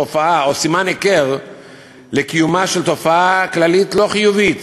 תופעה או סימן היכר לקיומה של תופעה כללית לא חיובית